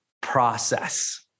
process